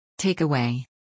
Takeaway